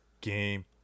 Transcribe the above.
game